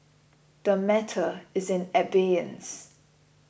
the matter is in abeyance